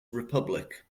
republic